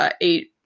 eight